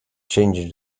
changing